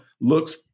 looks